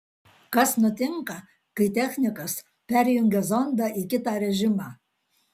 kas nutinka kai technikas perjungia zondą į kitą režimą